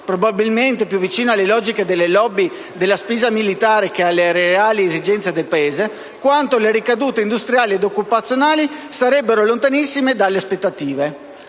probabilmente più vicino alle logiche delle *lobby* della spesa militare che alle reali esigenze del Paese, quanto le ricadute industriali e occupazionali sarebbero lontanissime dalle aspettative.